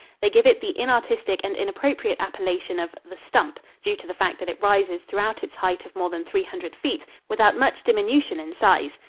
they give it the inartistic and inappropriate appellation of the stump, due to the fact that it rises throughout its height of more than three hundred feet without much diminution in size.